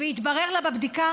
והתברר לה בבדיקה